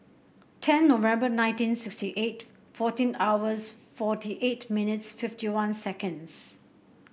ten November nineteen sixty eight fourteen hours forty eight minutes fifty one seconds